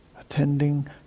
attending